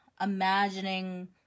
imagining